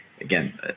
again